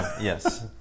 Yes